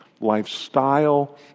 lifestyle